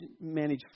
manage